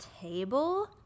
table